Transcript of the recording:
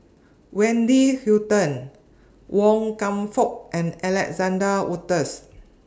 Wendy Hutton Wan Kam Fook and Alexander Wolters